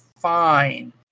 fine